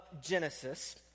Genesis